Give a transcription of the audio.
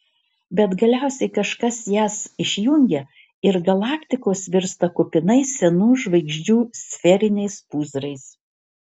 bet galiausiai kažkas jas išjungia ir galaktikos virsta kupinais senų žvaigždžių sferiniais pūzrais